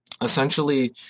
Essentially